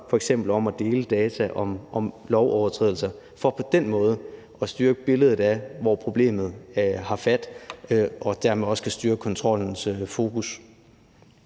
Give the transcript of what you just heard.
f.eks. om at dele data om lovovertrædelser, for på den måde at styrke billedet af, hvor problemet har fat, så vi dermed også kan styrke kontrollens fokus.